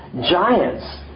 giants